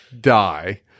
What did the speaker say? die